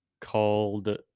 called